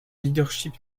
leadership